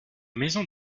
maison